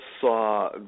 saw